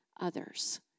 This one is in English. others